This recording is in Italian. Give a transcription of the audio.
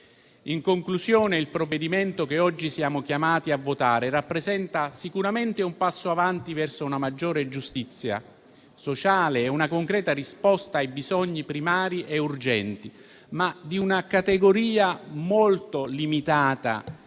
In conclusione, il provvedimento che oggi siamo chiamati a votare rappresenta sicuramente un passo avanti verso una maggiore giustizia sociale e una concreta risposta ai bisogni primari e urgenti, ma di una categoria molto limitata